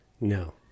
No